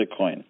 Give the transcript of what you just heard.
Bitcoin